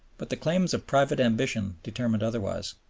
but the claims of private ambition determined otherwise.